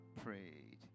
prayed